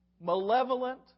malevolent